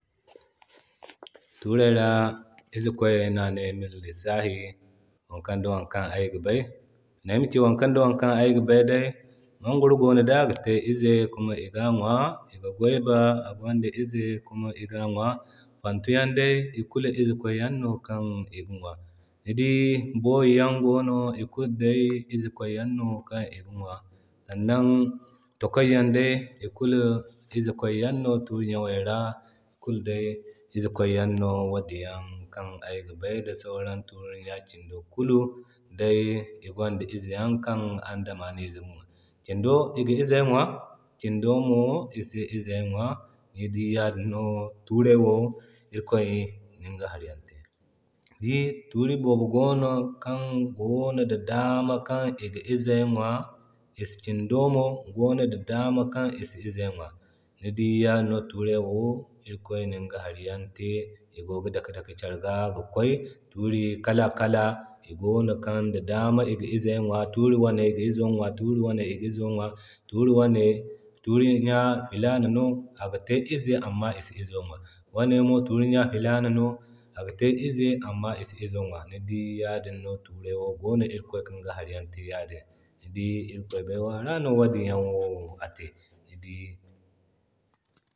Tuurey ra ize kwayay no a ne ayma lissahi wokan ŋda wokan ayga bay. Nan ayma ci wokan ŋda wokan ayga bay day, Moggoro no day aga te izi kuma iga ŋwa, iga gwayba agwanda ize kuma iga ŋwa. Fantuyan day ikulu izi kway yan no kan niga ŋwa. Ni dii booyi yan gono ikulu day ize kway no kan iga ŋwa. Sannan takway yan day ikulu izi kway yanno turiɲaŋey ra, ikulu day izi kway yan no wadin yan kan ayga bay da sauran tuuriɲa kindo kulu, day igwanda iziyan kan andamanize gi ŋwa. Kindo iga izo ŋwa kin domo isi izey ŋwa, ni dii yadin no tuuray wo irikoy niga hari yan te. Ni dii turi boobo gono kan gono da daama kan iga izey ŋwa kin domo da daama kan isi i izey ŋwa. Ni dii yadin no tuuro wo irikoy ninga hari yan te igogi dake dake kari ga ki kway. Tuuro kala kala igono kan iga izo ŋwa. Turi wane iga izo ŋwa, tuuri wane iga izo ŋwa turi wane tuuriya filana no aga te ize amma isi izo ŋwa, wane no tuuri na filana no aga te ize amma isi a izo ŋwa. Ni dii yadin no tuuro wo gonon da, irikoy kinga hari yan te ya din, ni dii irikoy bayyano ra no wadin wo te, ni dii.